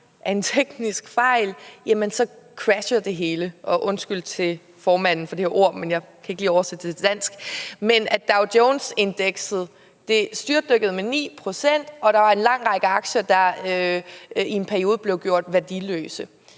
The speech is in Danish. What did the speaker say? af en teknisk fejl crashede det hele. Og undskyld til formanden, for det her ord, men jeg kan ikke lige oversætte det til dansk. Men Dow Jones-indekset styrtdykkede med 9 pct., og en lang række aktier var værdiløse